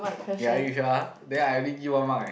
ya if you're then I really give one mark eh